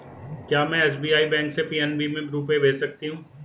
क्या में SBI bank से पी.एन.बी में रुपये भेज सकती हूँ?